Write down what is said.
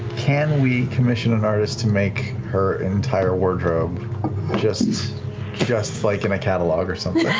can we commission an artist to make her entire wardrobe just just like in a catalog or something?